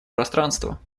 пространства